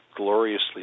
gloriously